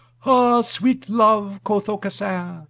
ha! sweet love, quoth aucassin,